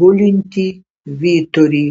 gulintį vyturį